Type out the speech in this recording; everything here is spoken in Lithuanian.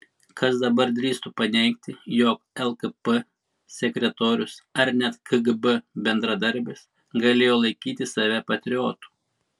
kas dabar drįstų paneigti jog lkp sekretorius ar net kgb bendradarbis galėjo laikyti save patriotu